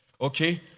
okay